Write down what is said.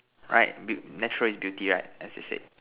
right beau~ natural is beauty right as they said